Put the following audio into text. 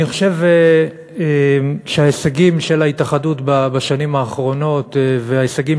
אני חושב שההישגים של ההתאחדות בשנים האחרונות וההישגים